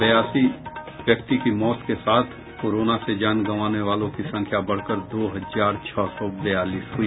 बयासी व्यक्ति की मौत के साथ कोरोना से जान गंवाने वालों की संख्या बढ़कर दो हजार छह सौ बयालीस हुई